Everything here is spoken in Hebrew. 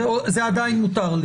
זה עדיין מותר.